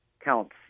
counts